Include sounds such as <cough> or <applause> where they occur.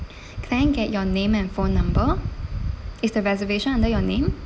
<breath> can I get your name and phone number is the reservation under your name